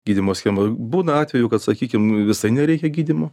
gydymo schema būna atvejų kad sakykim visai nereikia gydymo